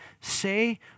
say